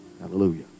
Hallelujah